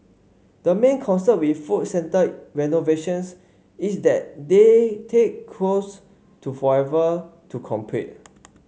the main concern with food centre renovations is that they take close to forever to complete